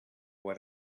what